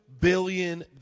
billion